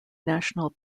national